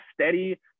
steady